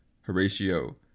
Horatio